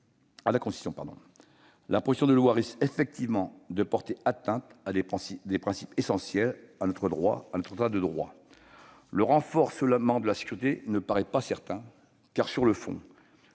à la Constitution. La proposition de loi risque effectivement de porter atteinte à des principes essentiels de notre État de droit. Le renforcement de la sécurité ne paraît pas certain. Sur le fond,